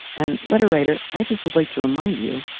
and letter writer, i just would like to remind you,